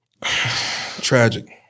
Tragic